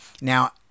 Now